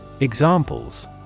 Examples